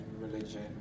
religion